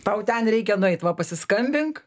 tau ten reikia nueit va pasiskambink